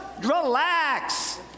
relax